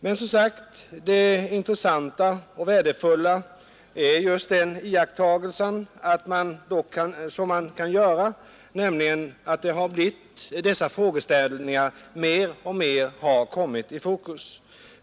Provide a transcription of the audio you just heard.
Det intressanta och värdefulla är som sagt just den iakttagelse som man nu kan göra, nämligen att dessa frågeställningar mer och mer har kommit i fokus.